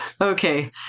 Okay